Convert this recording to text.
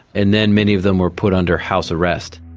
and then many of them were put under house arrest.